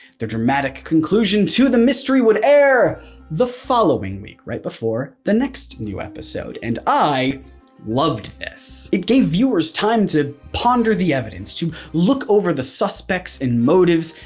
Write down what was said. the dramatic conclusion to the mystery would air the following week right before the next new episode and i loved this. it gave viewers time to ponder the evidence, to look over the suspects and motives,